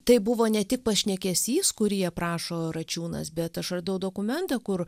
tai buvo ne tik pašnekesys kurį aprašo račiūnas bet aš radau dokumentą kur